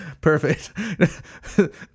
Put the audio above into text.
Perfect